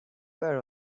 were